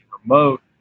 remote